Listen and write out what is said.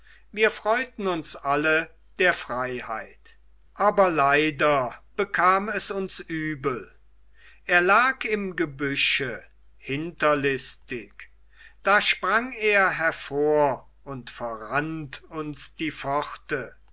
wir freuten uns alle der freiheit aber leider bekam es uns übel er lag im gebüsche hinterlistig da sprang er hervor und verrannt uns die pforte